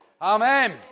Amen